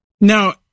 Now